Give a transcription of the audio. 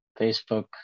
facebook